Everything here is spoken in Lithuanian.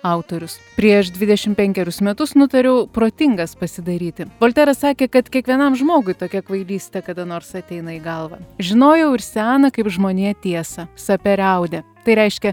autorius prieš dvidešim penkerius metus nutariau protingas pasidaryti volteras sakė kad kiekvienam žmogui tokia kvailystė kada nors ateina į galvą žinojau ir seną kaip žmonija tiesą sapere aude tai reiškia